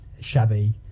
shabby